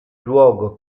luogo